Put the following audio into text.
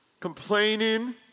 complaining